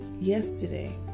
yesterday